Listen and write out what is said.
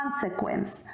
consequence